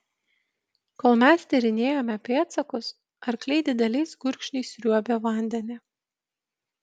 kol mes tyrinėjome pėdsakus arkliai dideliais gurkšniais sriuobė vandenį